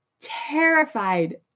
Terrified